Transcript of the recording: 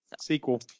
Sequel